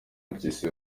mpyisi